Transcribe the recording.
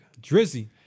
Drizzy